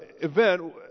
event